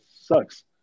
sucks